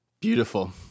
Beautiful